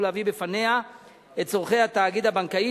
להביא בפניה את צורכי התאגיד הבנקאי.